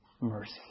mercy